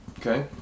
Okay